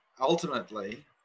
Ultimately